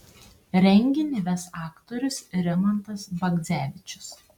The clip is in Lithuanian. renginį ves aktorius rimantas bagdzevičius